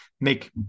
make